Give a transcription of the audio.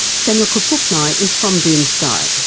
samuel kapuknai is from drimskai.